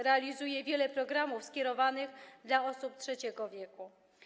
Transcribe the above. Realizuje wiele programów skierowanych do osób w trzecim wieku.